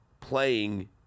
playing